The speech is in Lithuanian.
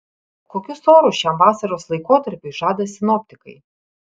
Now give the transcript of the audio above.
kokius orus šiam vasaros laikotarpiui žada sinoptikai